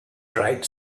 dried